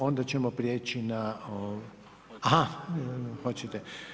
Onda ćemo prijeći na, a ha, hoćete.